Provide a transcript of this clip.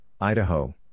Idaho